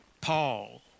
Paul